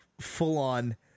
full-on